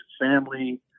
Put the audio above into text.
family